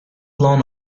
long